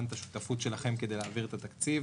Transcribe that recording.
את השותפות שלכם כדי להעביר את התקציב